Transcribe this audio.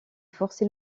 forcer